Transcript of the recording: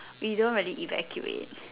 we don't really evacuate